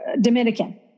Dominican